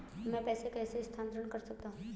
मैं पैसे कैसे स्थानांतरण कर सकता हूँ?